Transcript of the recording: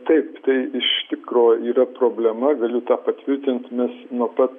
taip tai iš tikro yra problema galiu tą patvirtint nes nuo pat